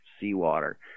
seawater